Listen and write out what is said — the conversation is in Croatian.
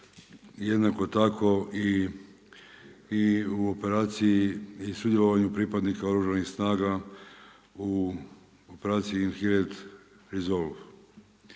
jednako tako i u operaciji i sudjelovanju pripadnika Oružanih snaga u operaciji INHEREND RESOLVE.